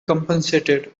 compensated